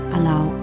Allow